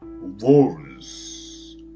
wolves